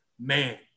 man